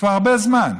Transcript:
כבר הרבה זמן,